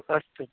अस्तु